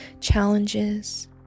challenges